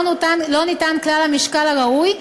לא ניתן כלל המשקל הראוי,